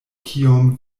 kiom